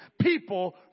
people